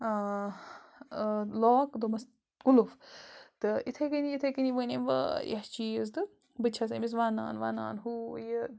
lock دوٚپمَس کُلُف تہٕ یِتھَے کٔنی یِتھَے کٔنی ؤنۍ أمۍ واریاہ چیٖز تہٕ بہٕ تہِ چھَس أمِس وَنان وَنان ہُہ یہِ